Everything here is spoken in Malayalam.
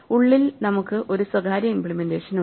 ഉള്ളിൽ നമുക്ക് ഒരു സ്വകാര്യ ഇമ്പ്ലിമെന്റേഷൻ ഉണ്ട്